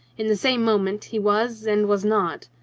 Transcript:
in the same moment he was and was not.